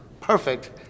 perfect